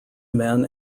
men